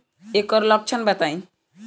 एकर लक्षण बताई?